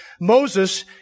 Moses